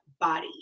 body